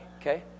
okay